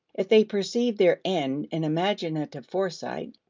if they perceived their end in imaginative foresight,